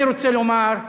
אני רוצה לומר: